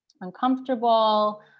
uncomfortable